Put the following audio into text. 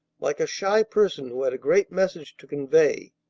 like a shy person who had a great message to convey.